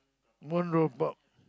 one drop out